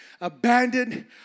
abandoned